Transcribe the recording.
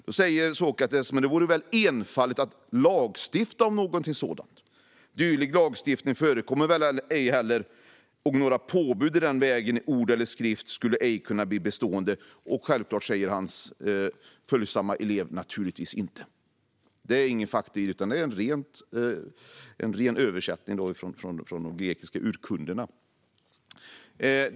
Då säger Sokrates: Men det vore väl enfaldigt att lagstifta om något sådant. Dylik lagstiftning förekommer ej heller, och några påbud i den vägen i ord eller skrift skulle ej bli bestående. Självklart säger hans följsamma elev: Naturligtvis inte. Det är ingen faktoid utan en ren översättning från de grekiska urkunderna.